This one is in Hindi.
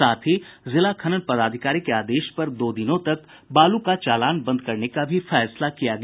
साथ ही जिला खनन पदाधिकारी के आदेश पर दो दिनों तक बालू का चलान बंद करने का भी फैसला किया गया